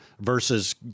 versus